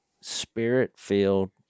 spirit-filled